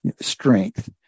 strength